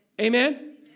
Amen